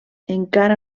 encara